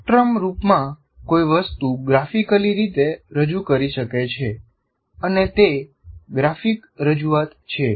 સ્પેક્ટ્રમના રૂપમાં કોઈ વસ્તુ ગ્રાફિકલી રીતે રજૂ કરી શકે છે અને તે ગ્રાફિક રજૂઆત છે